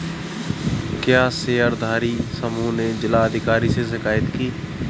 क्या शेयरधारी समूह ने जिला अधिकारी से शिकायत की?